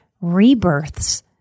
rebirths